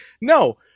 no